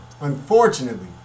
unfortunately